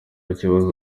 kibazo